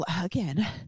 again